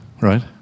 right